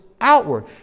outward